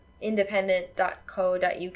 independent.co.uk